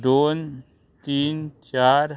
दोन तीन चार